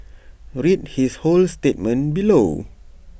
read his whole statement below